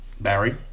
Barry